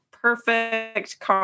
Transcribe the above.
perfect